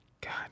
God